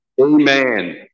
Amen